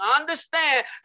Understand